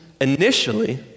initially